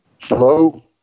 Hello